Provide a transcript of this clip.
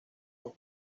los